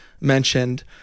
mentioned